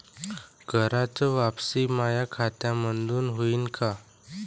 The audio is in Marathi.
कराच वापसी माया खात्यामंधून होईन का?